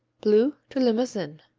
bleu de limousin,